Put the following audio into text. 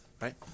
Right